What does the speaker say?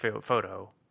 photo